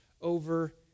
over